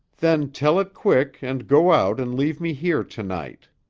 then tell it quick and go out and leave me here to-night.